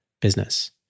business